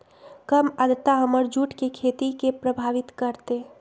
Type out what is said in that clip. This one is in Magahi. कम आद्रता हमर जुट के खेती के प्रभावित कारतै?